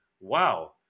wow